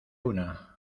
una